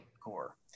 core